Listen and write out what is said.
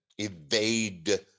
evade